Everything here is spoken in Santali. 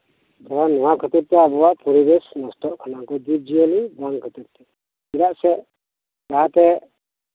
ᱡᱟᱦᱟᱸ ᱱᱚᱣᱟ ᱠᱷᱟᱹᱛᱤᱨ ᱛᱮ ᱟᱵᱩᱣᱟᱜ ᱯᱚᱨᱤᱵᱮᱥ ᱱᱚᱥᱴᱚᱜ ᱠᱟᱱᱟ ᱩᱱᱠᱩ ᱡᱤᱵᱽᱡᱤᱭᱟᱹᱞᱤ ᱵᱟᱝᱠᱷᱟᱹᱛᱤᱨ ᱛᱮ ᱪᱮᱫᱟᱜ ᱥᱮ ᱞᱟᱦᱟᱛᱮ